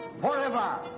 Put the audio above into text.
forever